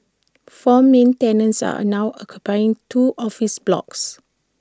four main tenants are now occupying two office blocks